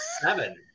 seven